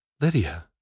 Lydia